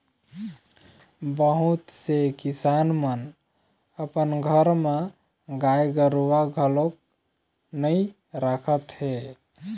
बहुत से किसान मन अपन घर म गाय गरूवा घलोक नइ राखत हे